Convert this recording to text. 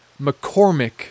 McCormick